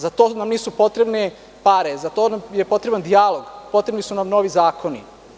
Za to nam nisu potrebne pare, za to nam je potreban dijalog, potrebni su nam novi zakoni.